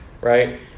right